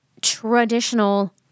traditional